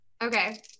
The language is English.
Okay